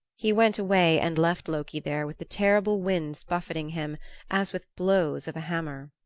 he went away and left loki there with the terrible winds buffeting him as with blows of a hammer.